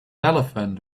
elephant